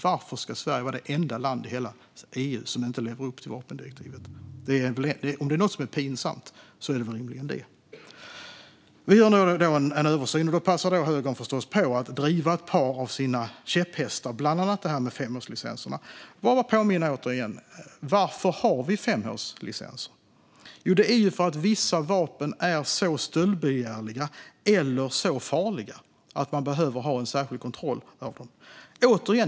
Varför ska Sverige vara det enda landet i hela EU som inte lever upp till vapendirektivet? Om det är något som är pinsamt är det rimligen detta. Det görs nu en översyn, och då passar högern förstås på att driva på för ett par av sina käpphästar, bland annat det här med femårslicenserna. Jag vill återigen påminna om varför vi har femårslicenser. Det är ju därför att vissa vapen är så stöldbegärliga eller så farliga att man behöver ha en särskild kontroll av dem.